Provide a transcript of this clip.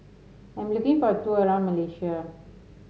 I'm looking for a tour around Malaysia